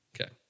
Okay